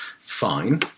fine